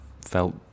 felt